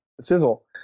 sizzle